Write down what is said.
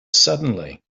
suddenly